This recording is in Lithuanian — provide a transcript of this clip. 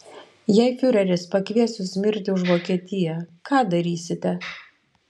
jei fiureris pakvies jus mirti už vokietiją ką darysite